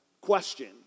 question